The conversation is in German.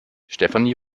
stefanie